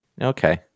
Okay